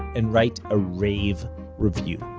and write a rave review.